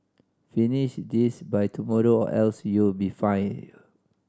finish this by tomorrow or else you'll be fired